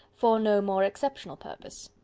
for no more exceptional purpose.